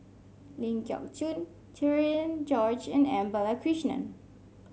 Ling Geok Choon Cherian George and M Balakrishnan